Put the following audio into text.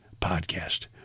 podcast